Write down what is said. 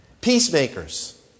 Peacemakers